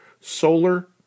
Solar